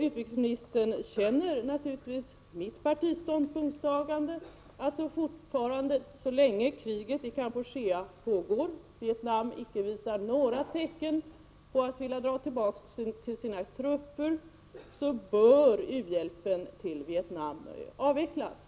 Utrikesministern vet naturligtvis mitt partis ståndpunkt: Så länge kriget i Kampuchea pågår och Vietnam icke visar några tecken på att vilja dra tillbaka sina trupper bör u-hjälpen till Vietnam avvecklas.